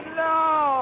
no